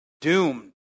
doomed